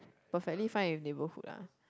perfectly fine with neighborhood lah